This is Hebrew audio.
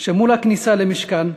שמול הכניסה למשכן.